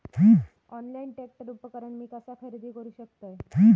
Online tractor उपकरण मी कसा खरेदी करू शकतय?